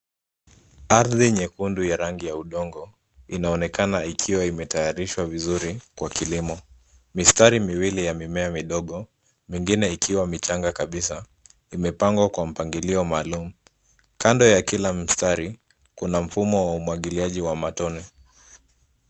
Ardhi nyekundu ya rangi ya udongo inaonekana ikiwa imetayarishwa vizuri kwa kilimo. Mistari miwili ya mimea midogo, mingine ikiwa michanga kabisa, imepangwa kwa mpangilio maalum. Kando ya kila mstari kuna mfumo wa umwagiliaji wa matone.